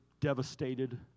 devastated